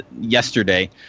yesterday